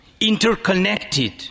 interconnected